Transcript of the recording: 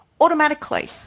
automatically